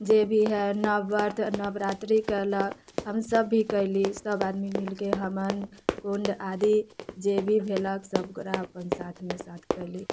जे भी है नवरात्र नवरात्रि कयलक हम सभ भी कयली ह सभ आदमी मिलके हवन कुण्ड आदि जे भी भेलक सभ आदमी ओकरा साथमे अपन साथ कयली